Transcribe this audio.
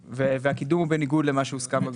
והקידום הוא בניגוד למה שהוסכם בוועדת